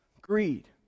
Greed